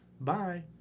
Bye